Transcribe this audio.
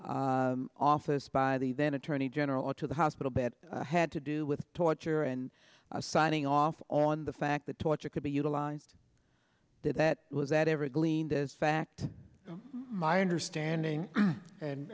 office by the then attorney general to the hospital bed had to do with torture and signing off on the fact that torture could be utilized that that was that ever gleaned as fact my understanding